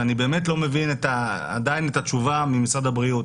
ואני באמת עדיין לא מבין את התשובה של משרד הבריאות.